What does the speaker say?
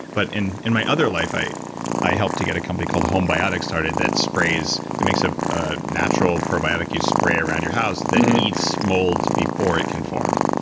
but in in my other life i i helped to get a company called homebiotic started that sprays, it makes ah a natural probiotic spray around your house that eats molds before it can form.